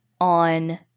on